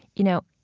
you know,